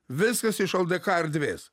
viskas iš ldk erdvės